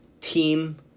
team